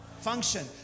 Function